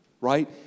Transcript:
right